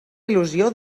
il·lusió